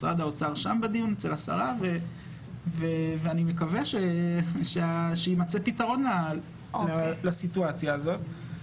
משרד האוצר שם בדיון אצל השרה ואני מקווה שיימצא פתרון לסיטואציה הזאת.